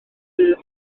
syth